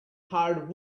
hard